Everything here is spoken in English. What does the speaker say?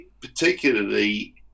particularly